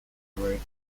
rude